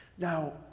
Now